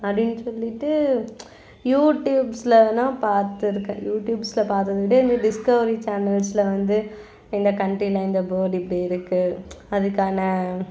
அப்படின்னு சொல்லிட்டு யூடியூப்ஸில் வேணா பார்த்துருக்கேன் யூடியூப்ஸில் பார்த்தத விட இந்த டிஸ்கவரி சேனல்ஸில் வந்து இந்த கண்ட்ரியில் இந்த பேர்ட் இப்படி இருக்குது அதுக்கான